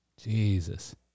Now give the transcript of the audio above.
Jesus